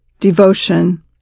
devotion